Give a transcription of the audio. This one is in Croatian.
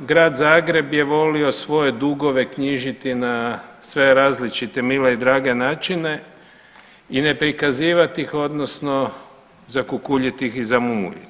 Grad Zagreb je volio svoje dugove knjižiti na sve različite, mile i drage načine, i ne prikazivati ih, odnosno zakukuljiti ih i zamuljit.